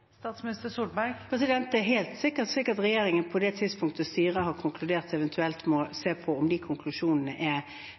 Det er helt sikkert slik at regjeringen, på det tidspunktet styret har konkludert, eventuelt må